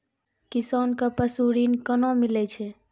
किसान कऽ पसु ऋण कोना मिलै छै?